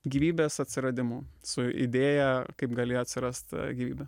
gyvybės atsiradimu su idėja kaip galėjo atsirast gyvybė